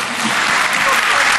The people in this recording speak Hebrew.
(מחיאות כפיים)